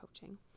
coaching